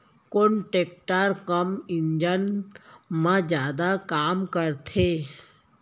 कोन टेकटर कम ईंधन मा जादा काम करथे?